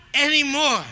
anymore